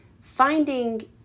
finding